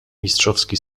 mistrzowski